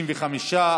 65,